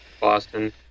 Boston